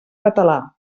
català